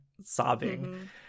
sobbing